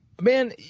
man